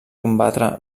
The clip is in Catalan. combatre